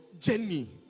Jenny